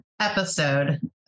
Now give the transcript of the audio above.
episode